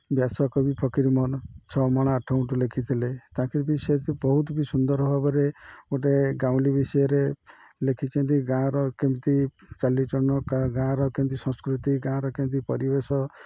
ବ୍ୟାସକବି ଫକୀର ମୋହନ ଛମାଣ ଆଠ ଗୁଣ୍ଠ ଲେଖିଥିଲେ ତାଙ୍କ ବି ସେ ବହୁତ ବି ସୁନ୍ଦର ଭାବରେ ଗୋଟେ ଗାଉଁଲି ବିଷୟରେ ଲେଖିଛନ୍ତି ଗାଁର କେମିତି ଚାଲିଚଳନ ଗାଁର କେମିତି ସଂସ୍କୃତି ଗାଁର କେମିତି ପରିବେଶ